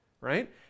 right